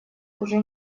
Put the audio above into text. уже